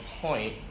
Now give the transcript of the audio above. point